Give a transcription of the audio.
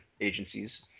agencies